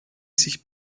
sich